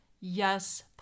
Yes